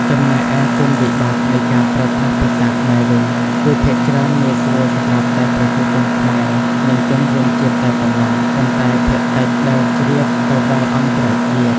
ចំណែកឯគុណវិបត្តិនៃការប្រើប្រាស់ភាសាខ្មែរវិញ គឺភាគច្រើនងាយស្រួលសម្រាប់តែប្រជាជនខ្មែរនិងជនរួមជាតិតែប៉ុណ្ណោះ ប៉ុន្តែភាគតិចដែលជ្រាបទៅដល់អន្តរជាតិ។